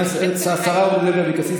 השרה אורלי לוי אבקסיס,